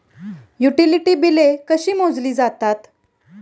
Utility बिले कशी मोजली जातात?